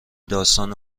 داستان